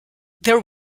there